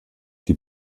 die